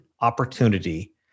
opportunity